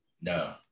No